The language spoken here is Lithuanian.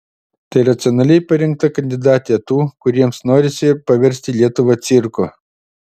tai racionaliai parinkta kandidatė tų kuriems norisi paversti lietuvą cirku